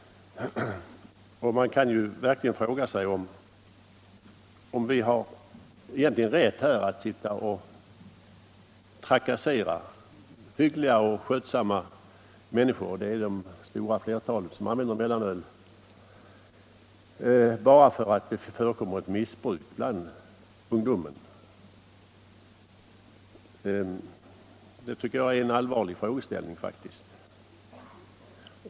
Man kan verkligen fråga sig om vi egentligen har rätt att sitta och trakassera hyggliga och skötsamma människor — det är det stora flertalet som använder mellanöl — bara därför att det förekommer missbruk bland ungdomen. Det tycker jag faktiskt är en allvarlig frågeställning.